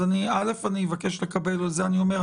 א' אני מבקש לקבל על זה עדכון.